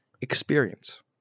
experience